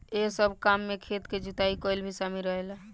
एह सब काम में खेत के जुताई कईल भी शामिल रहेला